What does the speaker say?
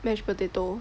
mash potato